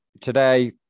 today